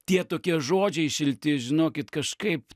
tie tokie žodžiai šilti žinokit kažkaip